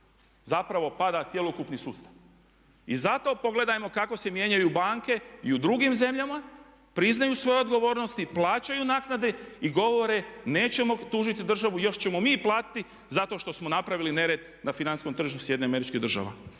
zapravo pada cjelokupni sustav. I zato pogledajmo kako se mijenjaju banke i u drugim zemljama, priznaju svoje odgovornosti, plaćaju naknade i govore nećemo optužiti državu, još ćemo mi platiti zato što smo napravili nered na financijskom tržištu SAD-a.